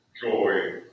joy